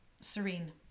serene